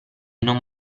non